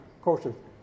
caution